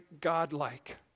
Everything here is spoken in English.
godlike